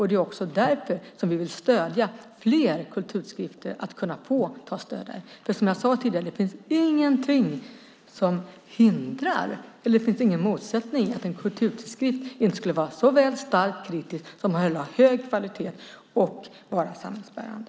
Det är också därför som vi vill att fler kulturtidskrifter ska kunna få stöd. Som jag sade tidigare finns det ingen motsättning i att en kulturtidskrift skulle kunna vara såväl starkt kritisk som hålla en hög kvalitet och vara samhällsbärande.